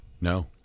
No